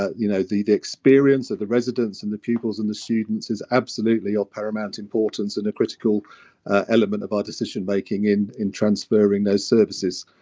ah you know the the experience of the residents and the pupils and the students is absolutely of paramount importance and a critical element of our decision-making in in transferring those services.